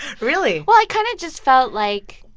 really? well, i kind of just felt like,